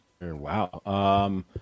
wow